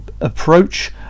approach